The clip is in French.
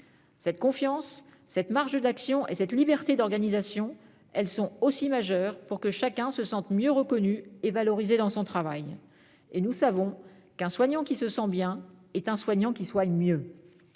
Cette confiance, cette marge d'action et cette liberté d'organisation sont essentielles pour que chacun se sente mieux reconnu et valorisé dans son travail. Nous savons qu'un soignant qui se sent bien est un soignant qui soigne mieux.